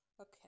Okay